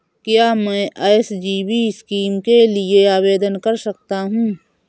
क्या मैं SGB scheme के लिए आवेदन कर सकता हूँ?